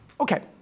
Okay